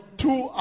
two